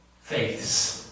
Faiths